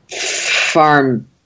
Farm